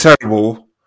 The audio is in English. terrible